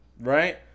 right